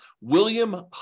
William